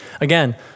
Again